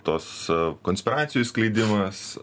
tas a konspiracijų skleidimas o